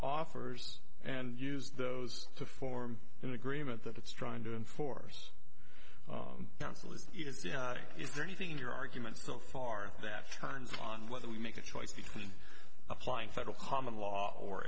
offers and use those to form an agreement that it's trying to enforce council is is there anything in your argument so far that turns on whether we make a choice between applying federal common law or